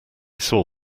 saw